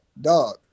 dog